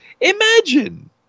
imagine